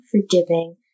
forgiving